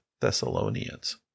Thessalonians